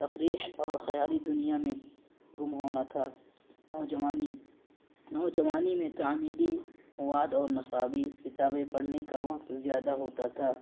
تفریح اور خیالی دنیا میں گم ہونا تھا نوجوانی نوجوانی میں تعمیری مواد اور نصابی کتابیں پڑھنے کا وقت زیادہ ہوتا تھا